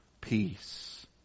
peace